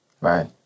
Right